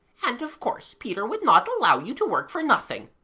and, of course, peter would not allow you to work for nothing.